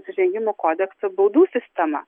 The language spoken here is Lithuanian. nusižengimų kodeksą baudų sistema